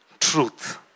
truth